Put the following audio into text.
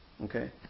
Okay